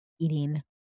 eating